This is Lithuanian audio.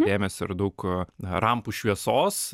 dėmesio ir daug rampų šviesos